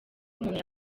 umuntu